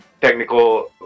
Technical